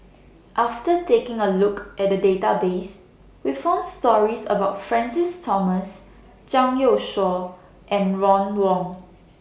after taking A Look At The Database We found stories about Francis Thomas Zhang Youshuo and Ron Wong